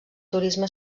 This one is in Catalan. turisme